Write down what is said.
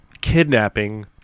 kidnapping